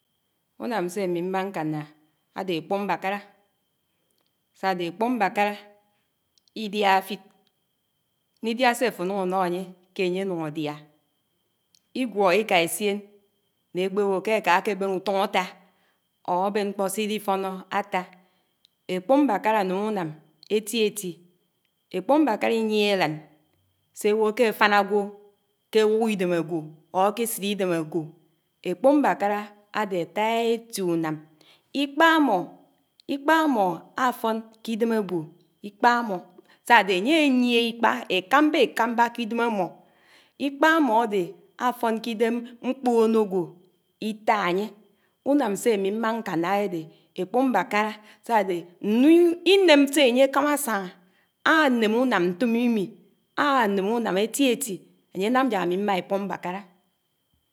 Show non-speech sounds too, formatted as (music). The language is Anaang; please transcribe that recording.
. ùnám sé àmì mmá ṅkáná ádé ékpúmbákárà, sádé ékpúmbákárá ìdiá áfíd, nnìdiá sé áfò ánó ányé ké ányé ké ányé ánun̄ ádiá, ígwóṅó íká éssién né ékpéwo átá. Ékpúmbákárá áném unám étíétí, ékpúmbákárá ínyíeté álán séwò ké áfáná ágwò ké áwukìdém ágwò or k’ésidìdem ágwò, ékpúmbákárá ádé átáá éti ùnámm ìkpá ámmò. ìkpá ámmò áfón k’ìdém ágwò, ìkpá ámmò, sádé ányé ányié ìkpá ékámbá ékámbá k’ìdém ámmó ìkpá ámmò ádé áfón k’ìdém mmkpòònágwò ìtá ányé, ùnám sé ámì mmá nkáná ádédé ékpúmbákárá sádé (unintelligible) ìném sé ányé ákámá ásán̄á ááném ùnám ntòmìmì, áném ùnám étiéti ányénám jákámi mmá ékpúmbákákárá.